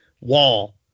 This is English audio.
wall